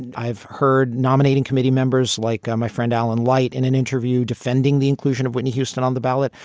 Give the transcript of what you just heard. and i've heard nominating committee members like my friend alan light in an interview defending the inclusion of whitney houston on the ballot.